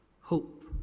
hope